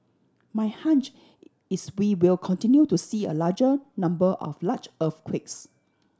my hunch is we will continue to see a larger number of large earthquakes